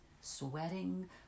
sweating